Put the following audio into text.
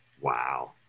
Wow